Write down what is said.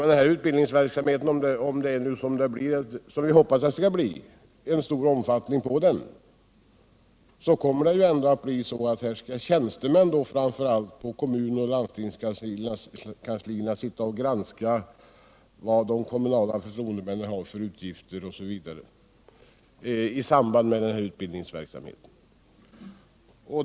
Men om nu utbildningen får stor omfattning, som vi hoppas, blir det ändå framför allt tjänstemän på kommunoch landstingskanslier som skall granska de kommunala förtroendemännens utgifter osv. i samband med utbildningsverksamheten.